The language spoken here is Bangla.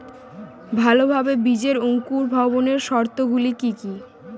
ভালোভাবে বীজের অঙ্কুর ভবনের শর্ত গুলি কি কি?